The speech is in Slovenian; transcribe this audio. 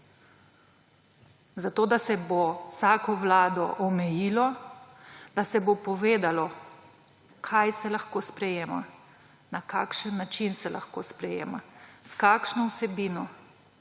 Zato da se bo vsako vlado omejilo, da se bo povedalo, kaj se lahko sprejema, na kakšen način se lahko sprejema, s kakšno vsebino,